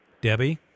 Debbie